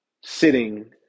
sitting